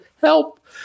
help